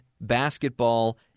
basketball